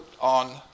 on